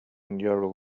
neural